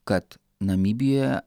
kad namibijoje